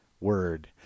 word